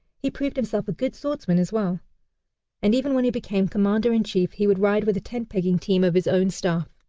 he proved himself a good swordsman as well and even when he became commander-in-chief, he would ride with a tent-pegging team of his own staff.